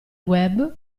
web